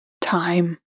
time